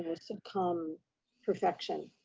ah some come perfection,